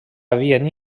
havien